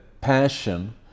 passion